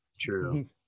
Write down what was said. True